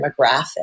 demographic